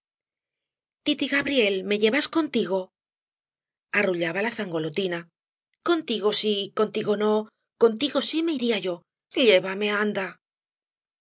tití gabriel me llevas contigo arrullaba la zangolotina contigo sí contigo no contigo sí me iría yo llévame anda a